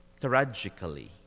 tragically